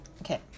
Okay